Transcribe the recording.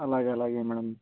అలాగే అలాగే మేడమ్